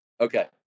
Okay